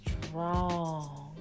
strong